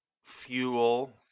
fuel